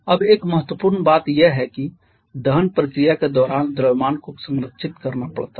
अब एक महत्वपूर्ण बात यह है कि दहन प्रक्रिया के दौरान द्रव्यमान को संरक्षित करना पड़ता है